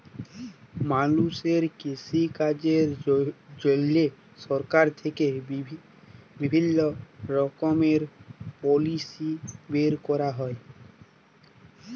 মালুষের কৃষিকাজের জন্হে সরকার থেক্যে বিভিল্য রকমের পলিসি বের ক্যরা হ্যয়